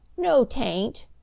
no, tain't!